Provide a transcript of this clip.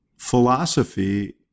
philosophy